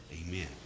amen